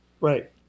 Right